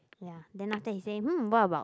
ya then after that he say hmm what about